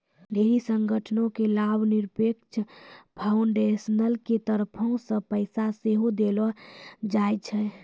ढेरी संगठनो के लाभनिरपेक्ष फाउन्डेसन के तरफो से पैसा सेहो देलो जाय छै